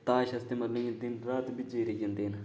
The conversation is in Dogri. ताश आस्तै मतलब कि दिन रात बिच गै रेही जंदे न